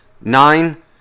Nine